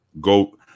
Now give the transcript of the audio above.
go